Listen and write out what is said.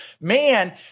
man